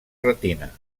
retina